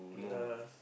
[alah]